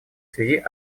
связи